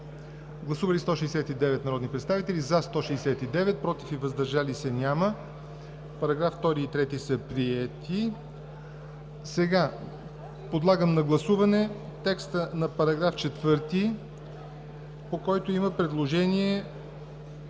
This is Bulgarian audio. Гласували 169 народни представители: за 169, против и въздържали се няма. Параграфи 2 и 3 са приети. Подлагам на гласуване текста на § 4, по който беше